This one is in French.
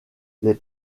les